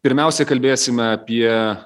pirmiausia kalbėsime apie